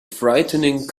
frightening